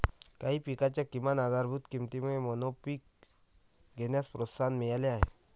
काही पिकांच्या किमान आधारभूत किमतीमुळे मोनोपीक घेण्यास प्रोत्साहन मिळाले आहे